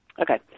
Okay